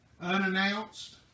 unannounced